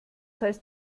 heißt